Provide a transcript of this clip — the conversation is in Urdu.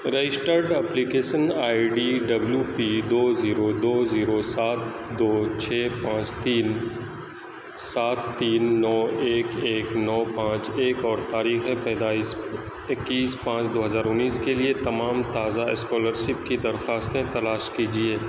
registered application I D W P دو زیرو دو زیرو سات دو چھ پانچ تین سات تین نو ایک ایک نو پانچ ایک اور تاریخ پیدائش اکیس پانچ دو ہزار انیس کے لیے تمام تازہ اسکالر شپ کی درخواستیں تلاش کیجیے